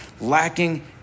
lacking